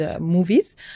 movies